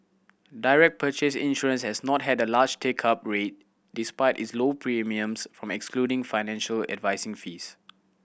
direct purchase insurance has not had a large take up rate despite its low premiums from excluding financial advising fees